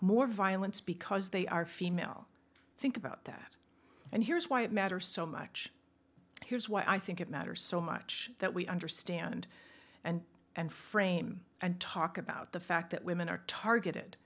more violence because they are female think about that and here's why it matters so much here's why i think it matters so much that we understand and and frame and talk about the fact that women are targeted